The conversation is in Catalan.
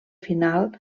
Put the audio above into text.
final